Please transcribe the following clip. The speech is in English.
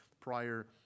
prior